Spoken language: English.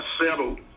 settled